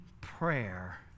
prayer